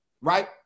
Right